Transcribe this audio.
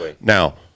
now